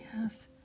yes